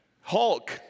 Hulk